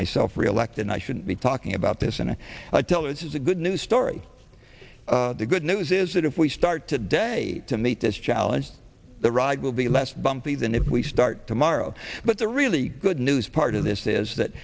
myself reelected i shouldn't be talking about this and tell it is a good news story the good news is that if we start today to meet this challenge the ride will be less bumpy than if we start tomorrow but the really good news part of this is that